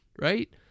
Right